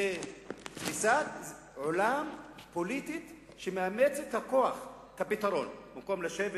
זו תפיסת עולם פוליטית שמאמצת את הכוח כפתרון במקום לשבת,